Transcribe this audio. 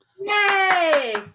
Yay